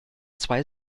zwei